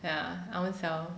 ya I won't sell